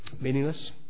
Meaningless